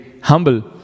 humble